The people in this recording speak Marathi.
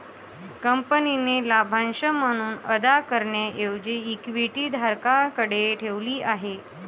कंपनीने लाभांश म्हणून अदा करण्याऐवजी इक्विटी धारकांकडे ठेवली आहे